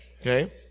okay